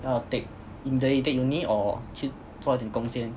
要 take either you take uni or 去做一点工先